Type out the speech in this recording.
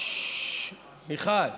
מיכל,